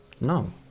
No